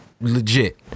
legit